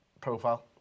profile